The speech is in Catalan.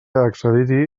accedir